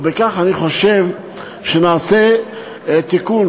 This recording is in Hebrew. ובכך אני חושב שנעשה תיקון.